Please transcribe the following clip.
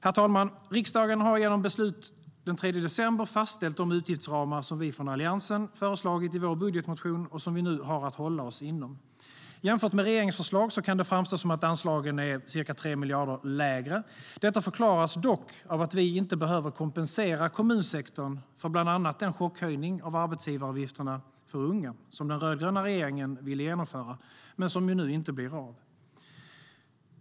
Herr talman! Riksdagen har genom beslut den 3 december fastställt de utgiftsramar som vi från Alliansen har föreslagit i vår budgetmotion och som vi nu har att hålla oss inom. Jämfört med regeringens förslag kan det framstå som att anslagen är ca 3 miljarder lägre. Detta förklaras dock av att vi inte behöver kompensera kommunsektorn för bland annat den chockhöjning av arbetsgivaravgifterna för unga som den rödgröna regeringen ville genomföra men som nu inte blir av.